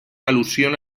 alusión